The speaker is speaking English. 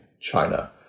China